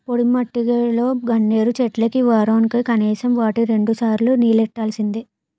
పొడిమట్టిలో గన్నేరు చెట్లకి వోరానికి కనీసం వోటి రెండుసార్లు నీల్లెట్టాల్సిందే